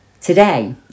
Today